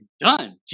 done